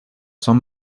son